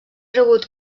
rebut